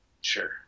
Sure